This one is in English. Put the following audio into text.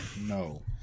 No